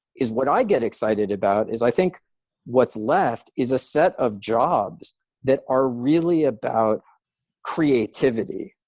is what i get excited about is i think what's left is a set of jobs that are really about creativity,